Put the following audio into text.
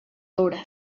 obras